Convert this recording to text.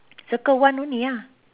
circle one only ah